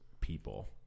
people